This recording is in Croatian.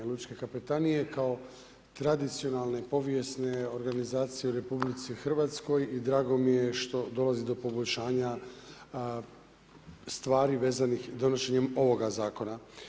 Lučke kapetanije kao tradicionalne, povijesne organizacije u RH i drago mi je što dolazi do poboljšanja stvari vezanih donošenjem ovoga zakona.